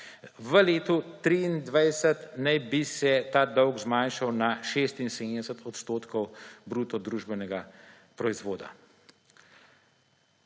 V letu 2023 naj bi se ta dolg zmanjšal na 76 odstotka bruto družbenega proizvoda.